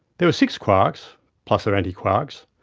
there were six quarks, plus their anti-quarks.